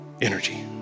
energy